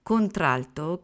Contralto